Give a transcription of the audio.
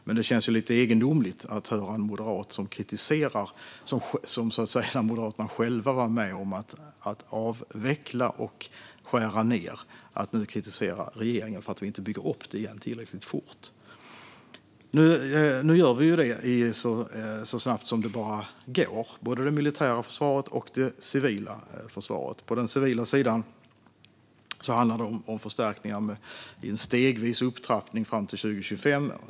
Det känns, med tanke på att Moderaterna själva var med om att avveckla och skära ned på försvaret, lite egendomligt att höra en moderat kritisera regeringen för att vi inte bygger upp det igen tillräckligt fort. Nu gör vi det så snabbt som det bara går, både det militära försvaret och det civila försvaret. På den civila sidan handlar det om förstärkningar med en stegvis upptrappning fram till 2025.